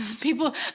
People